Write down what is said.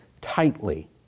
tightly